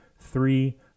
Three